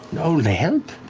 no, they help.